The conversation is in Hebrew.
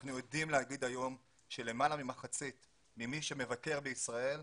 אנחנו יודעים להגיד היום שלמעלה ממחצית ממי שמבקר בישראל,